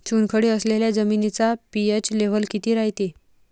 चुनखडी असलेल्या जमिनीचा पी.एच लेव्हल किती रायते?